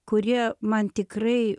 kurie man tikrai